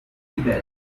seabed